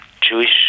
Jewish